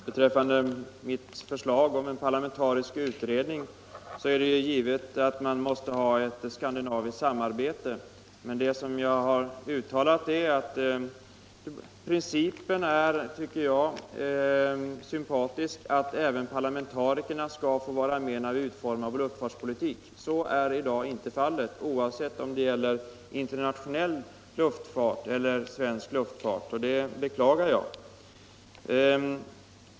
Herr talman! Beträffande mitt förslag om en parlamentarisk utredning vill jag säga att det är givet att man måste ha ett skandinaviskt samarbete. Vad jag har uttalat är att principen att även parlamentariker skall få vara med när vi utformar vår luftfartspolitik är sympatisk. Så är i dag inte fallet, oavsett om det gäller internationell eller svensk luftfart, och det beklagar jag.